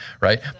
right